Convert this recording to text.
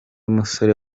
musore